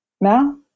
now